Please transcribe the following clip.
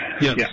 Yes